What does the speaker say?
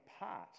apart